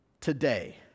today